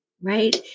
right